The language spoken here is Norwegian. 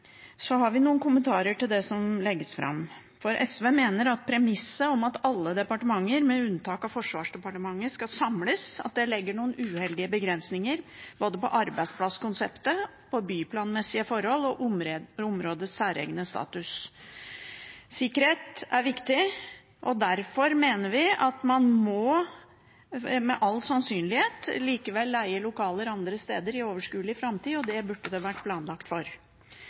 har vi noen kommentarer til det som legges fram. SV mener at premisset om at alle departementer, med unntak av Forsvarsdepartementet, skal samles, legger noen uheldige begrensninger både på arbeidsplasskonseptet, på byplanmessige forhold og for områdets særegne status. Sikkerhet er viktig. Derfor mener vi at man – med all sannsynlighet – likevel må leie lokaler andre steder i overskuelig framtid, og det burde det vært planlagt for.